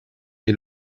est